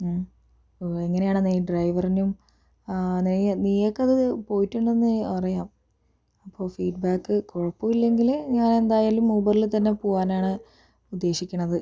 മ് അപ്പോൾ എങ്ങനെയാണ് നീ ഡ്രൈവറിനും നീയോ നീയൊക്കെ അതില് പോയിട്ടുണ്ടെന്ന് അറിയാം അപ്പോൾ ഫീഡ്ബാക്ക് കുഴപ്പമില്ലെങ്കില് ഞാനെന്തായാലും ഊബറില് തന്നെ പോകാനാണ് ഉദ്ദേശിക്കണത്